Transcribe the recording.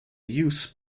use